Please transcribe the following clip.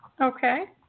Okay